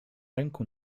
ręku